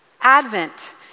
Advent